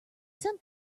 sent